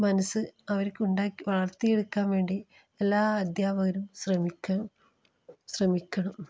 മനസ്സ് അവർക്ക് ഉണ്ടാക്കി വളർത്തിയെടുക്കാൻ വേണ്ടി എല്ലാ അദ്ധ്യാപകരും ശ്രമിക്കണം ശ്രമിക്കണം